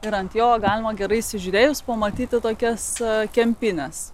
ir ant jo galima gerai įsižiūrėjus pamatyti tokias kempines